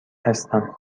هستم